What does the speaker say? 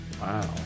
Wow